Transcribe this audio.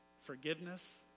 Forgiveness